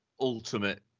ultimate